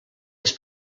les